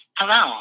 Hello